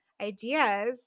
ideas